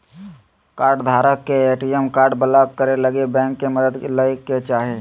कार्डधारक के ATM card block करे लगी बैंक के मदद लय के चाही